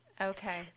Okay